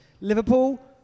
Liverpool